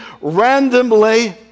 randomly